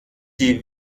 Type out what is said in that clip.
die